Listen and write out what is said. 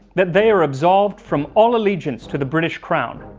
that they are absolved from all allegiance to the british brown,